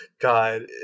god